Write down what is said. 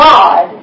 God